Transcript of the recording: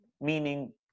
meaning